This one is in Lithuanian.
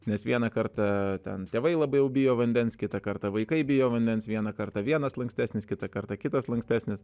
nes vieną kartą ten tėvai labai jau bijo vandens kitą kartą vaikai bijo vandens vieną kartą vienas lankstesnis kitą kartą kitas lankstesnis